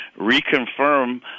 reconfirm